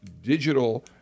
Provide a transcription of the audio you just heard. digital